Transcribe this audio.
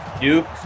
Duke